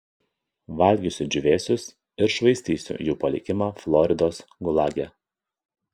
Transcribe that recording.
valgysiu džiūvėsius ir švaistysiu jų palikimą floridos gulage